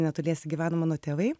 netoliese gyveno mano tėvai